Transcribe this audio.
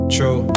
True